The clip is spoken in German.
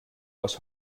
aus